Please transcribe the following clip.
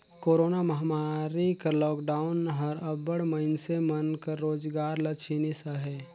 corona महमारी कर lockdown हर अब्बड़ मइनसे मन कर रोजगार ल छीनिस अहे